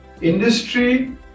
industry